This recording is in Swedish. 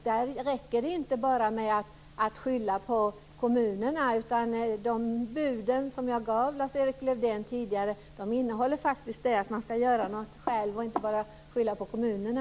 Där räcker det inte med att skylla på kommunerna. De bud jag gav Lars-Erik Lövdén tidigare innehåller faktiskt att man ska göra något själv och inte bara skylla på kommunerna.